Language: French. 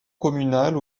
communale